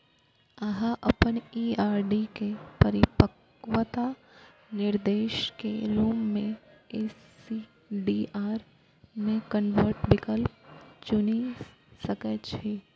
अहां अपन ई आर.डी के परिपक्वता निर्देश के रूप मे एस.टी.डी.आर मे कन्वर्ट विकल्प चुनि सकै छी